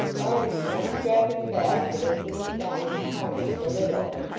barnaby unstrapping the basket and putting it down in a corner with the lid open,